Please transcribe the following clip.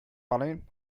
berlin